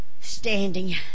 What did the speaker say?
standing